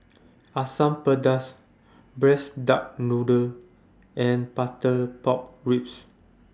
Asam Pedas Braised Duck Noodle and Butter Pork Ribs